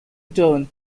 turn